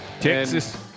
Texas